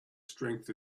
strength